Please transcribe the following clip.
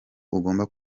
ugomba